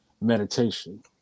meditation